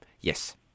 Yes